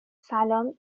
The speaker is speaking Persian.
سلام